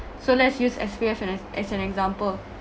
so let's use S_P_F an as an example